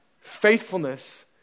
faithfulness